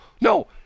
no